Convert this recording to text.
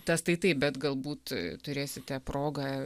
tas tai taip bet galbūt turėsite progą